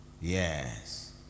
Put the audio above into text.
Yes